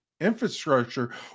Infrastructure